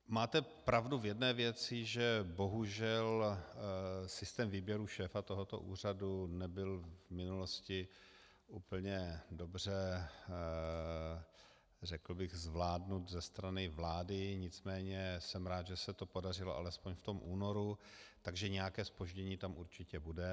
Máte pravdu v jedné věci, že bohužel systém výběru šéfa tohoto úřadu nebyl v minulosti úplně dobře zvládnut ze strany vlády, nicméně jsem rád, že se to podařilo alespoň v tom únoru, takže nějaké zpoždění tam určitě bude.